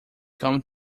come